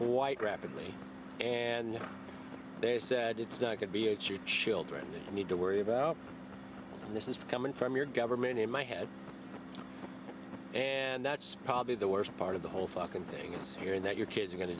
white rapidly and they said it's not could be achieved children need to worry about this is coming from your government in my head and that's probably the worst part of the whole fucking thing is hearing that your kids are going to